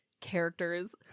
characters